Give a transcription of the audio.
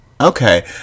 Okay